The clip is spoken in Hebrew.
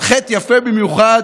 חטא יפה במיוחד,